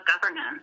governance